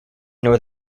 nor